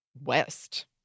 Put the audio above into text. West